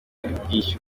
ubwishyu